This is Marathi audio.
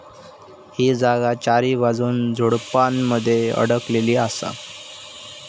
ही जागा चारीबाजून झुडपानमध्ये अडकलेली असा